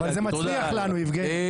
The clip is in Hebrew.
אבל זה מצליח לנו, יבגני.